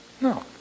No